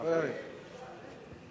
לקריאה שנייה